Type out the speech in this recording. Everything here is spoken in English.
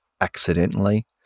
accidentally